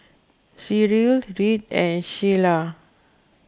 Cyril Reid and Shayla